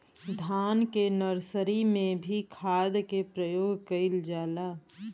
धान के नर्सरी में भी खाद के प्रयोग कइल जाला?